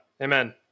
amen